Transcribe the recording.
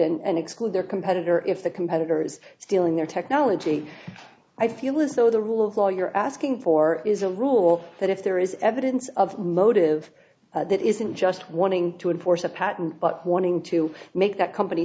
and exclude their competitor if the competitors stealing their technology i feel as though the rule of law you're asking for is a rule that if there is evidence of motive that isn't just wanting to enforce a patent but wanting to make that company